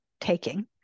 taking